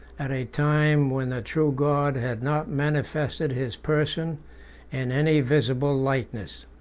at a time when the true god had not manifested his person in any visible likeness.